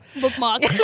Bookmark